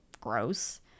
gross